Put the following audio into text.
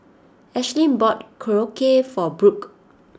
Ashlynn bought Korokke for Brook